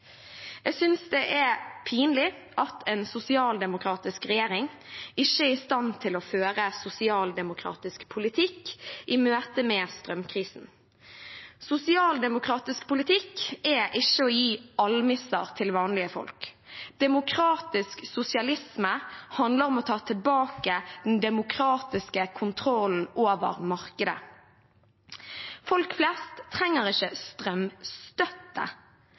Jeg synes det er pinlig at en sosialdemokratisk regjering ikke er i stand til å føre sosialdemokratisk politikk i møte med strømkrisen. Sosialdemokratisk politikk er ikke å gi almisser til vanlige folk. Demokratisk sosialisme handler om å ta tilbake den demokratiske kontrollen over markedet. Folk flest trenger ikke strømstøtte.